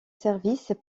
services